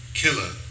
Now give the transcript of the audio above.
killer